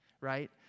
right